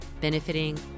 benefiting